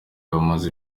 bamaze